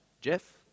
Jeff